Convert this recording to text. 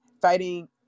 fighting